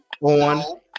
on